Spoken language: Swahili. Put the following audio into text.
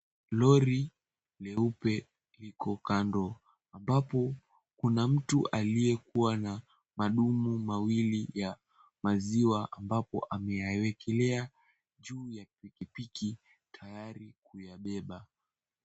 Lori leupe liko kando ambapo kuna mtu aliyekuwa na madumu mawili ya maziwa ambapo ameyawekelea juu ya pikipiki tayari kuyabeba.